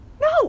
No